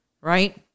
right